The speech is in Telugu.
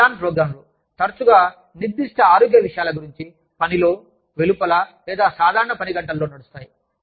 అవి యాడ్ ఆన్ ప్రోగ్రామ్లు తరచుగా నిర్దిష్ట ఆరోగ్య విషయాల గురించి పనిలో వెలుపల లేదా సాధారణ పని గంటలలో నడుస్తాయి